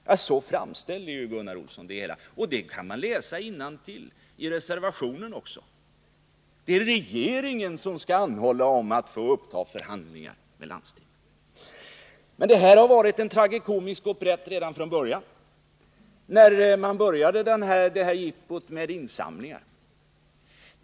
Ja, så framställer Gunnar Olsson det hela, och det kan man också finna om man läser innantill i reservationen — det är regeringen som skall anhålla om att få uppta förhandlingar med landstinget. Detta har varit en tragikomisk operett redan från det att man började detta jippo med namninsamlingar.